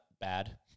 bad